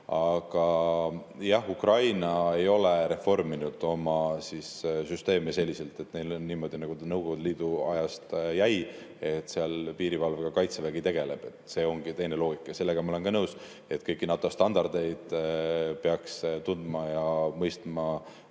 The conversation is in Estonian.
jah, Ukraina ei ole reforminud oma süsteemi selliselt. Neil on niimoodi, nagu see Nõukogude Liidu ajast jäi. Seal tegeleb piirivalvega kaitsevägi, see ongi teine loogika. Ja sellega ma olen ka nõus, et kõiki NATO standardeid peaks tundma ja mõistma